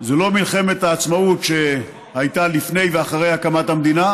זו לא מלחמת העצמאות שהייתה לפני ואחרי הקמת המדינה